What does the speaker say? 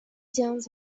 jones